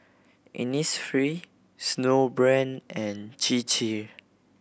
Innisfree Snowbrand and Chir Chir